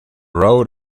road